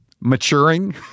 maturing